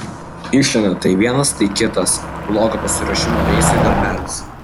išlenda tai vienas tai kitas blogo pasiruošimo reisui darbelis